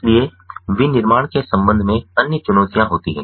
इसलिए विनिर्माण के संबंध में अन्य चुनौतीयां होती हैं